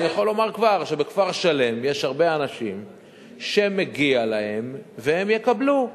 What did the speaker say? ואני יכול כבר לומר שבכפר-שלם יש הרבה אנשים שמגיע להם והם יקבלו.